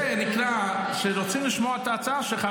זה נקרא שרוצים לשמוע את ההצעה שלך,